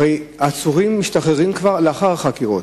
הרי העצורים משתחררים כבר לאחר החקירות,